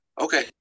okay